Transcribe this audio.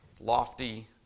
lofty